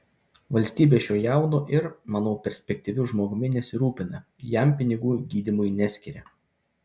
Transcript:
valstybė šiuo jaunu ir manau perspektyviu žmogumi nesirūpina jam pinigų gydymui neskiria